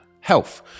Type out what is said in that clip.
health